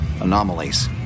anomalies